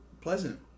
pleasant